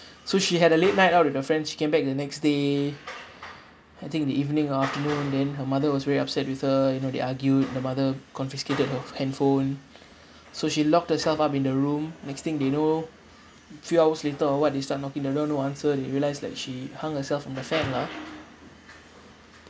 so she had a late night out with her friends she came back the next day I think in the evening or afternoon then her mother was very upset with her you know they argued the mother confiscated her handphone so she locked herself up in the room next thing they know few hours later or what they start knocking the door no answer they realised that she hung herself on the fan lah